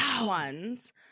ones